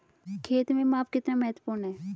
खेत में माप कितना महत्वपूर्ण है?